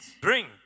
Drink